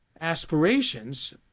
aspirations